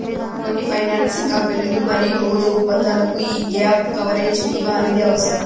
కొన్ని ఫైనాన్సింగ్ కంపెనీలు మరియు లీజు ఒప్పందాలకు యీ గ్యేప్ కవరేజ్ బీమా అనేది అవసరం